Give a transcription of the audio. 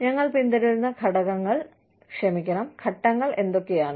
ഞങ്ങൾ പിന്തുടരുന്ന ഘട്ടങ്ങൾ എന്തൊക്കെയാണ്